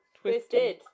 Twisted